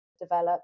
develop